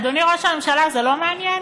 אדוני ראש הממשלה, זה לא מעניין?